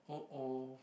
oh oh